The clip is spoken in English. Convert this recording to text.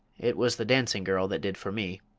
it was the dancing-girl that did for me.